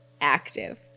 active